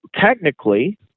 technically